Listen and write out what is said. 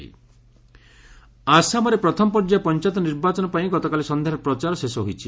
Assam polls ଆସାମରେ ପ୍ରଥମ ପର୍ଯ୍ୟାୟ ପଞ୍ଚାୟତ ନିର୍ବାଚନ ପାଇଁ ଗତ ସନ୍ଧ୍ୟାରେ ପ୍ରଚାର ଶେଷ ହୋଇଛି